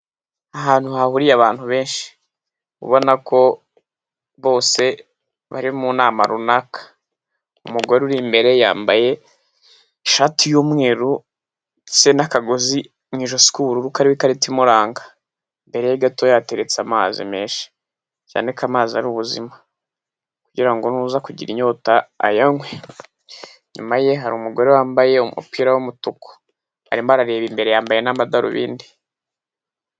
Ahantu hahuriye abantu benshi, ubona ko bose bari mu nama runaka. Umugore uri imbere yambaye ishati y'umweru ndetse n'akagozi mu ijosi k'ubururu kariho ikarita imuranga. Imbere ye gatoya hateretse amazi menshi, cyane ko amazi ari ubuzima kugira ngo naza kugira inyota ayanywe. Inyuma ye hari umugore wambaye umupira w'umutuku, arimo arareba imbere yambaye n'amadarubindi.